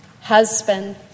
husband